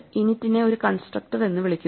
init നെ ഒരു constructor എന്ന് വിളിക്കുന്നു